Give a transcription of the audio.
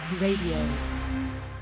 Radio